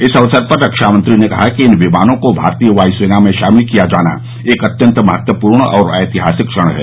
इस अवसर पर रक्षामंत्री ने कहा कि इन विमानों को भारतीय वायू सेना में शामिल किया जाना एक अत्यंत महत्वपूर्ण और ऐतिहासिक क्षण है